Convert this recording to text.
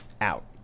out